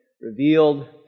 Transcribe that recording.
revealed